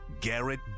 Garrett